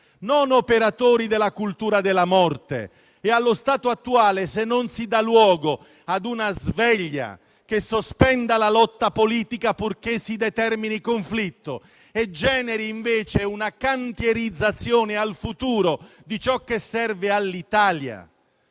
non operatori della cultura della morte come allo stato attuale, se non si dà luogo ad una sveglia che sospenda la lotta politica purché si determini il conflitto e generi invece una cantierizzazione al futuro di ciò che serve all'Italia.